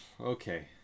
Okay